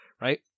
Right